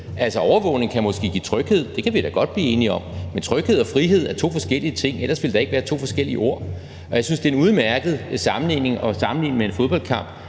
noget. Overvågningen kan måske give tryghed – det kan vi da godt blive enige om – men tryghed og frihed er to forskellige ting, for ellers ville det da ikke være to forskellige ord. Jeg synes, at sammenligningen med en fodboldkamp